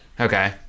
okay